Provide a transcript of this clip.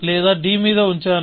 లేదా d మీద ఉంచాను